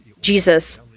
Jesus